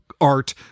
art